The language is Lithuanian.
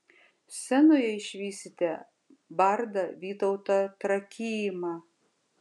scenoje išvysite bardą vytautą trakymą